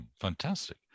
Fantastic